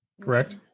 correct